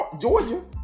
Georgia